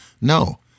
No